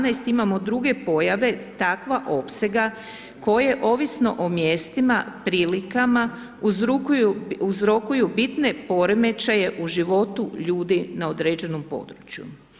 12. imamo druge pojave takva opsega koje ovisno o mjestima, prilikama, uzrokuju bitne poremećaje u životu ljudi na određenom području.